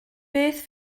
beth